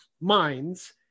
minds